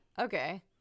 okay